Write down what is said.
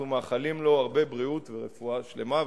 אנחנו מאחלים לו הרבה בריאות ורפואה שלמה.